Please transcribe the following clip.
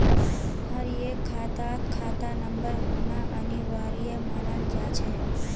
हर एक खातात खाता नंबर होना अनिवार्य मानाल जा छे